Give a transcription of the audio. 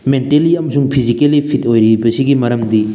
mentally ꯑꯃꯁꯨꯡ physically fit ꯑꯣꯏꯔꯤꯕꯁꯤꯒꯤ ꯃꯔꯝꯗꯤ